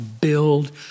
build